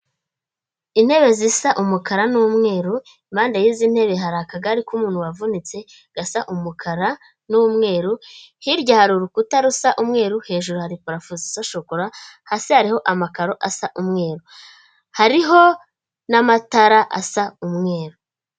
Intebe zisa umukara n'umweru impande y'izi ntebe hari akagari k'umuntu wavunitse gasa umukara n'umweru hirya hari urukuta rusa umweru hejuru hari parao zisa shokora hasi hariho amakaro asa umweru hariho n'amatara asa umweru.